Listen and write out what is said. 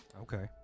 Okay